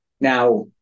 Now